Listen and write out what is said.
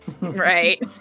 Right